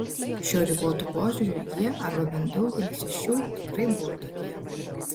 šiuo ribotu požiūriu jie arba bent daugelis iš jų tikrai buvo tokie